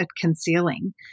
concealing